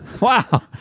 wow